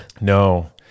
No